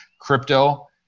crypto